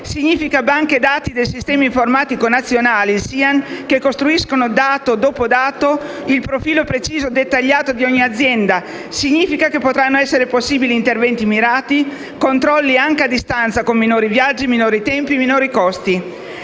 significa banche dati del Sistema informatico nazionale (SIAN) che costruiscono, dato dopo dato, il profilo preciso, dettagliato, di ogni azienda; significa che potranno essere possibili interventi mirati, controlli anche a distanza, con minori viaggi, minori tempi, minori costi;